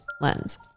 Lens